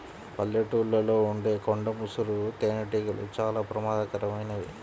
పల్లెటూళ్ళలో ఉండే కొండ ముసురు తేనెటీగలు చాలా ప్రమాదకరమైనవి